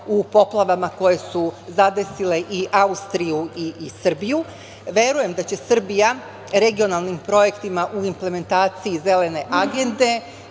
u poplavama koje su zadesile i Austriju i Srbiju. Verujem da će Srbija regionalnim projektima u implementaciji Zelene agende,